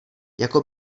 jako